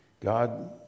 God